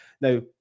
Now